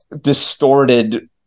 distorted